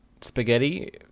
spaghetti